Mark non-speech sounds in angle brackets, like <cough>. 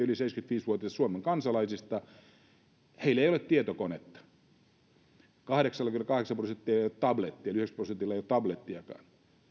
<unintelligible> yli seitsemänkymmentäviisi vuotiaista suomen kansalaisista ei ole tietokonetta kahdeksallakymmenelläkahdeksalla prosentilla ei ole tablettia eli yhdeksälläkymmenellä prosentilla ei ole tablettiakaan